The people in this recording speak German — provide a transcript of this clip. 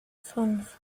fünf